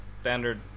standard